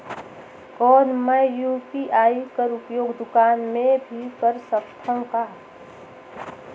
कौन मै यू.पी.आई कर उपयोग दुकान मे भी कर सकथव का?